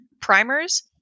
primers